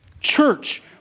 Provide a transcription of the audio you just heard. Church